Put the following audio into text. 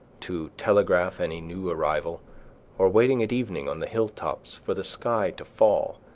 to telegraph any new arrival or waiting at evening on the hill-tops for the sky to fall,